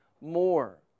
more